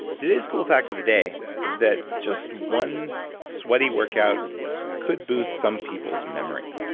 today's cool fact of the day is that just one sweaty workout could boost some people's memory.